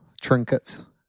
trinkets